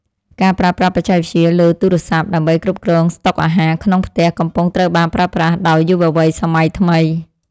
ការប្រើប្រាស់បច្ចេកវិទ្យាលើទូរស័ព្ទដើម្បីគ្រប់គ្រងស្តុកអាហារក្នុងផ្ទះកំពុងត្រូវបានប្រើប្រាស់ដោយយុវវ័យសម័យថ្មី។